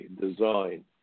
design